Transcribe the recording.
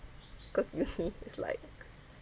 cause uni is like